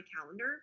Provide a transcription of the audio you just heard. calendar